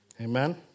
Amen